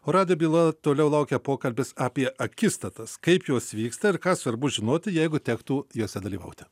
o radijo byloje toliau laukia pokalbis apie akistatas kaip jos vyksta ir ką svarbu žinoti jeigu tektų jose dalyvauti